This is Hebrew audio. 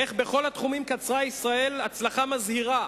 איך בכל התחומים קצרה ישראל הצלחה מזהירה,